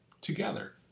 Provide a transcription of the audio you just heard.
together